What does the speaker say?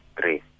three